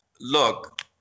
look